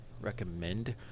recommend